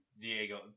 Diego